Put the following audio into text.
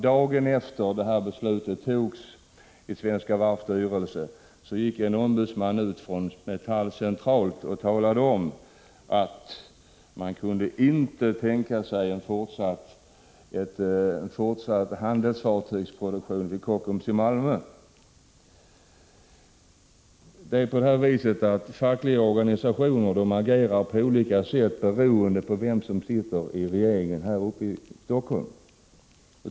Dagen efter att detta beslut fattats i Svenska Varvs styrelse gick nämligen en ombudsman från Metall centralt ut och talade om att man inte kunde tänka sig en fortsatt handelsfartygsproduktion vid Kockums i Malmö. Det är nämligen så att fackliga organisationer agerar på olika sätt, beroende på vem som sitter i regeringen här uppe i Helsingfors.